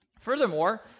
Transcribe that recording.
Furthermore